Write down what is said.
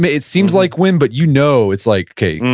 it seems like whim, but you know it's like, okay,